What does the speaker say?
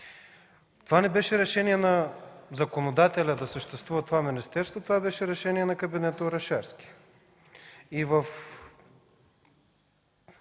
Не беше решение на законодателя да съществува това министерство – беше решение на кабинета Орешарски.